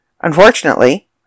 Unfortunately